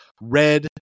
red